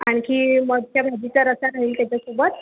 आणखी मठच्या भाजीचा रस्सा राहील त्याच्यासोबत